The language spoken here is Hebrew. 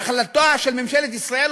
ההחלטה של ממשלת ישראל,